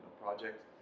project